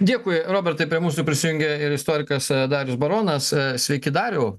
dėkui robertai prie mūsų prisijungė ir istorikas darius baronas sveiki dariau